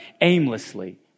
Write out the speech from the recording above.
aimlessly